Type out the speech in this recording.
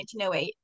1908